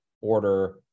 order